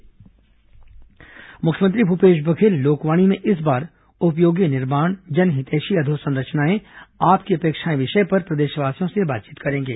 लोकवाणी मुख्यमंत्री भूपेश बघेल लोकवाणी में इस बार उपयोगी निर्माण जनहितैषी अधोसंरचनाएं आपकी अपेक्षाएं विषय पर प्रदेशवासियों से बातचीत करेंगे